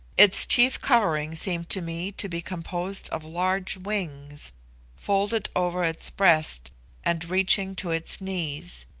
its chief covering seemed to me to be composed of large wings folded over its breast and reaching to its knees